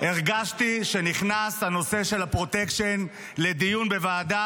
הרגשתי שנכנס הנושא של הפרוטקשן לדיון בוועדה,